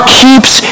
keeps